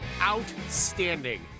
outstanding